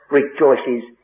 rejoices